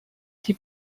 die